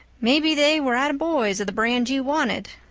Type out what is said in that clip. maybe they were out of boys of the brand you wanted.